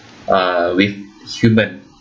uh with human